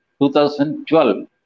2012